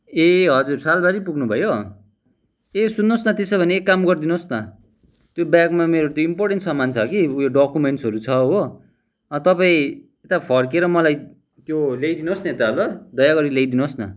ए हजुर सालबारी पुग्नु भयो ए सुन्नुहोस् न त्यसो भने एक काम गरिदिनुहोस् न त्यो ब्यागमा मेरो त्यो इम्पोर्टेन्ट सामान छ कि उयो डक्युमेन्टहरू छ हो तपाईँ यता फर्केर मलाई त्यो ल्याइदिनुहोस् न यता ल दयागरी ल्याइदिनुहोस् न